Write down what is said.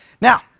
Now